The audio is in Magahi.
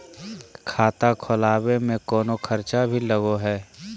खाता खोलावे में कौनो खर्चा भी लगो है?